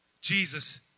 Jesus